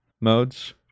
modes